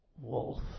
wolf